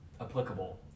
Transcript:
applicable